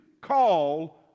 call